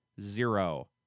Zero